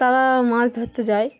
তারা মাছ ধরতে যায়